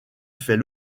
fait